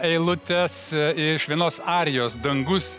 eilutes iš vienos arijos dangus